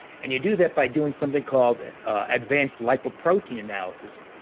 and you do that by doing something called advanced lipoprotein analysis.